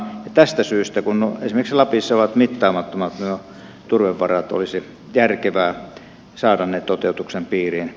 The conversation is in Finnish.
tästä syystä kun esimerkiksi lapissa ovat mittaamattomat nuo turvevarat olisi järkevää saada ne toteutuksen piiriin